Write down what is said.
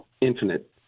infinite